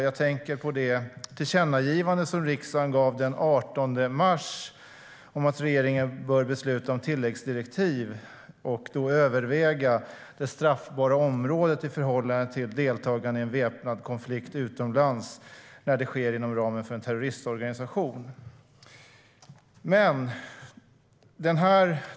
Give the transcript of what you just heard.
Jag tänker på det tillkännagivande som riksdagen gav den 18 mars om att regeringen bör besluta om tilläggsdirektiv och då överväga vad som ska vara straffbart i fråga om att delta i en väpnad konflikt utomlands när det sker inom ramen för en terroristorganisation.